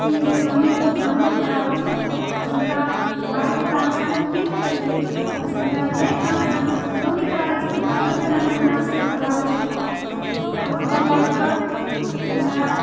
अथि दौनी ओहो धानो लोक कराबैत छै जिनका पुआलके काम छनि ओ पीटैत छथिन आओर जिनका नहि काम छनि तऽ ओ अपन दौनी करा लै छथिन फिर अपन अपन अनाजके घर लाबैत छथिन आओर घर लाबि कऽ जिनका